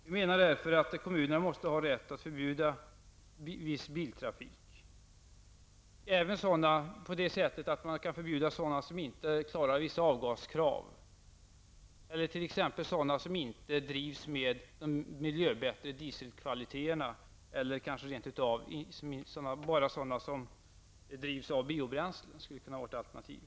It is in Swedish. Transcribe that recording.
Vi anser därför att kommunerna måste ha rätt att förbjuda viss biltrafik, t.ex. sådana bilar som inte klarar vissa avgaskrav eller bilar som inte drivs med de för miljön bättre dieselkvaliteterna. Att tillåta enbart bilar som drivs med biobränslen skulle rent av kunna vara ett alternativ.